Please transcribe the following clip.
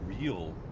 real